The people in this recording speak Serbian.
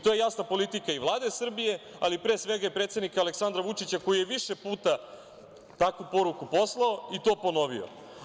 To je jasna politika i Vlade Srbije, ali pre svega i predsednika Aleksandra Vučića, koji je više puta takvu poruku poslao i to ponovio.